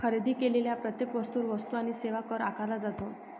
खरेदी केलेल्या प्रत्येक वस्तूवर वस्तू आणि सेवा कर आकारला जातो